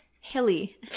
hilly